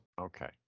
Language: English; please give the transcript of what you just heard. Okay